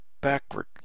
backward